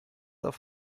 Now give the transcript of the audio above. auf